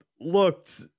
looked